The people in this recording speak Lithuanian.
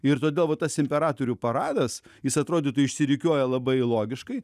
ir todėl va tas imperatorių paradas jis atrodytų išsirikiuoja labai logiškai